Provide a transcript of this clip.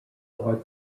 are